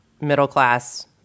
middle-class